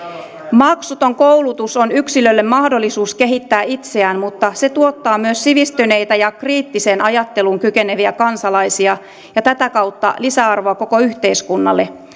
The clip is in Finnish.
maksuton koulutus on yksilölle mahdollisuus kehittää itseään mutta se tuottaa myös sivistyneitä ja kriittiseen ajatteluun kykeneviä kansalaisia ja tätä kautta lisäarvoa koko yhteiskunnalle